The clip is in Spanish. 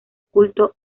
culto